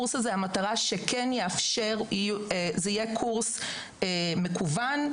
המטרה היא שזה יהיה קורס מקוון,